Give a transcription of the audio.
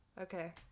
Okay